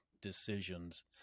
decisions